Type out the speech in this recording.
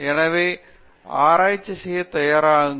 எனவே ஆராய்ச்சி செய்ய தயாராகுங்கள்